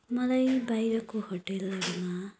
मलाई बाहिरको होटलहरूमा